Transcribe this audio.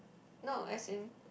no as in